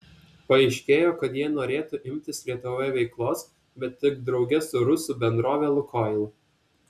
paaiškėjo kad jie norėtų imtis lietuvoje veiklos bet tik drauge su rusų bendrove lukoil